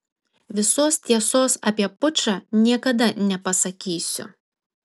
visos tiesos apie pučą niekada nepasakysiu